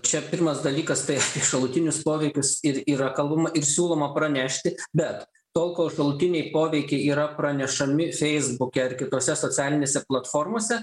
čia pirmas dalykas tai šalutinius poveikius ir yra kalbama ir siūloma pranešti bet tol kol šalutiniai poveikiai yra pranešami feisbuke ar kitose socialinėse platformose